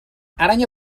aranya